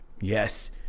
Yes